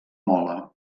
mola